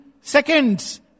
seconds